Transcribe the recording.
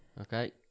Okay